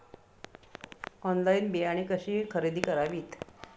Online बियाणे कशी खरेदी करावीत?